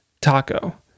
taco